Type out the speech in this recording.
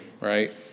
right